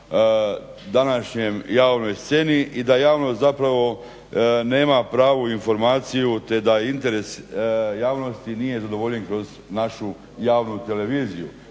današnjoj javnoj sceni i da javnost zapravo nema pravu informaciju te da interes javnosti nije zadovoljen kroz našu javnu televiziju.